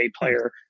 player